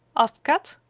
asked kat.